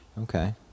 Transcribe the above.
okay